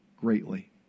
greatly